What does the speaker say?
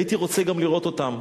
הייתי רוצה גם לראות אותם.